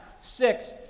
six